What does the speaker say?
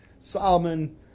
solomon